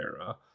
Era